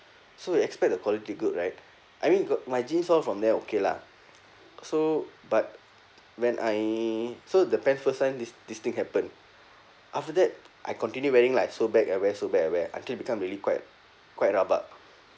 so we expect the quality good right I mean you got my jeans all from there okay lah so but when I so the pant first time this this thing happen after that I continue wearing lah I sew back I wear sew back I wear until become really quite quite rabak